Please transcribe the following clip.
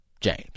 James